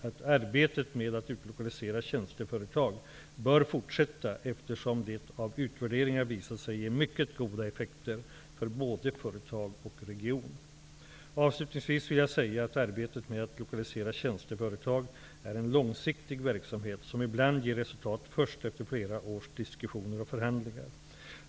att ''arbetet med att utlokalisera tjänsteföretag bör fortsätta eftersom det vid utvärderingarna visat sig ge mycket goda effekter för både företag och region''. Avslutningsvis vill jag säga att arbetet med att lokalisera tjänsteföretag är en långsiktig verksamhet, som ibland ger resultat först efter flera års diskussioner och förhandlingar.